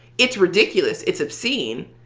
it's ridiculous. it's obscene.